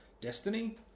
destiny